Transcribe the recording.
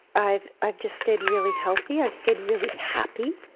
i've i've just stayed really healthy, i've stayed really happy.